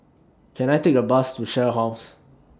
Can I Take A Bus to Shell House